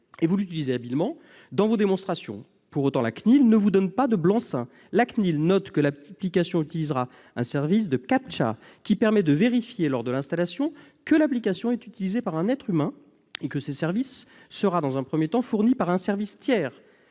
Vous l'utilisez habilement dans vos démonstrations. Pour autant, la CNIL ne vous donne pas de blanc-seing. Elle note que l'application utilisera un service de captcha qui permet de vérifier, lors de l'installation, que l'application est utilisée par un être humain, et que ce service sera dans un premier temps fourni par « un service tiers